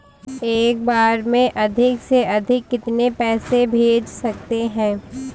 एक बार में अधिक से अधिक कितने पैसे भेज सकते हैं?